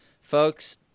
Folks